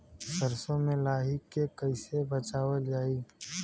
सरसो में लाही से कईसे बचावल जाई?